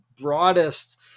broadest